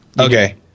Okay